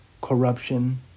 corruption